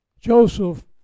Joseph